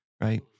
right